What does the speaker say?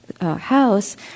house